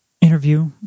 interview